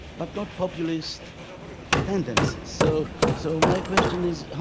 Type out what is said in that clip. but not populist tendencies. so so my question is,